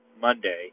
Monday